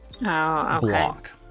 block